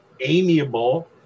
amiable